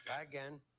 Again